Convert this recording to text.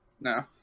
no